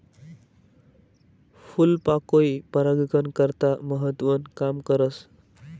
फूलपाकोई परागकन करता महत्वनं काम करस